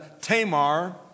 Tamar